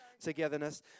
togetherness